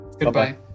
Goodbye